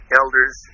elders